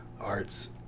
arts